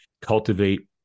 cultivate